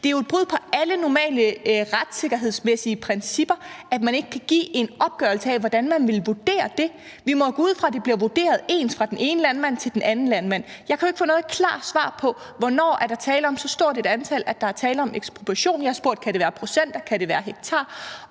Det er jo et brud på alle normale retssikkerhedsmæssige principper, at man ikke kan give en opgørelse af, hvordan man vurderer det. Vi må gå ud fra, at det bliver vurderet ens fra den ene landmand til den anden landmand, men jeg kan ikke få noget klart svar på, hvornår der er tale om så stort et antal, at der er tale om ekspropriation. Jeg har spurgt, om det kan være procenter, eller om det kan være hektar,